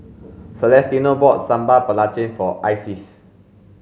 Celestino bought sambal belacan for Isis